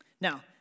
Now